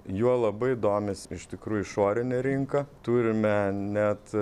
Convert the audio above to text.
juo labai domis iš tikrųjų išorinė rinka turime net